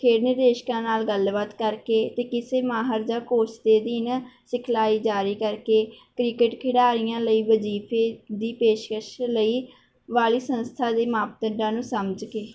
ਖੇਡ ਨਿਰਦੇਸ਼ਕਾਂ ਨਾਲ ਗੱਲਬਾਤ ਕਰਕੇ ਅਤੇ ਕਿਸੇ ਮਾਹਰ ਜਾਂ ਕੋਰਸ ਦੇ ਅਧੀਨ ਸਿਖਲਾਈ ਜਾਰੀ ਕਰਕੇ ਕ੍ਰਿਕਟ ਖਿਡਾਰੀਆਂ ਲਈ ਵਜ਼ੀਫੇ ਦੀ ਪੇਸ਼ਕਸ਼ ਲਈ ਵਾਲੀ ਸੰਸਥਾ ਦੀ ਮਾਪਦੰਡਾਂ ਨੂੰ ਸਮਝ ਕੇ